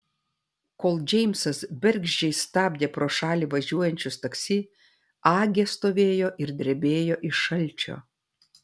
kol džeimsas bergždžiai stabdė pro šalį važiuojančius taksi agė stovėjo ir drebėjo iš šalčio